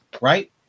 Right